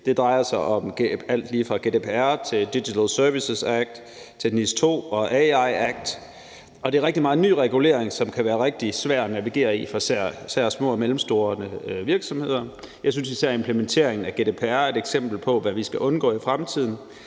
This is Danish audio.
Det drejer sig om alt lige fra GDPR til de Digital Services Act til NIS2 og AI Act, og det er rigtig meget ny regulering, som kan være rigtig svært at navigere i for især små og mellemstore virksomheder. Jeg synes især, at implementeringen af GDPR er et eksempel på, hvad vi skal undgå i fremtiden.